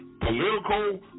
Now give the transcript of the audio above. political